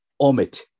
omit